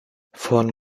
von